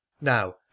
Now